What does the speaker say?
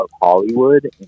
Hollywood